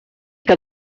que